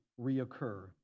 reoccur